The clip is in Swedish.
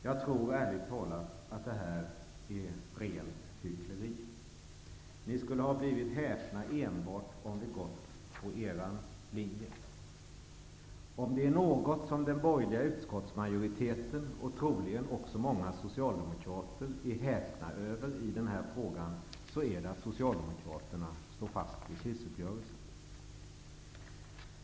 Jag tror, ärligt talat, att det är rent hyckleri. Ni skulle ha blivit häpna enbart om vi gått på er linje. Om det är något som den borgerliga utskottsmajoriteten och troligen också många socialdemokrater är häpna över i den här frågan, så är det att Socialdemokraterna står fast vid krisuppgörelsen.